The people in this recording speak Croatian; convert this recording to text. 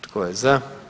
Tko je za?